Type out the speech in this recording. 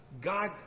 God